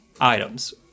items